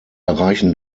erreichen